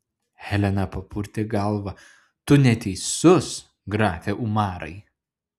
helena papurtė galvą tu neteisus grafe umarai